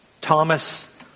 Thomas